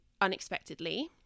unexpectedly